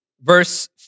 verse